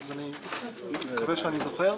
אז אני מקווה שאני זוכר.